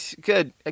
Good